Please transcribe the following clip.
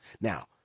Now